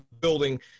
building